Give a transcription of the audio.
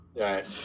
Right